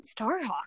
starhawk